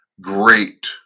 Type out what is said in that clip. great